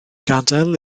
gadael